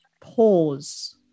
pause